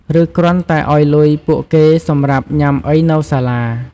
ឬ គ្រាន់តែឱ្យលុយពួកគេសម្រាប់ញុាំអីនៅសាលា។